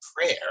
prayer